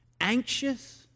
anxious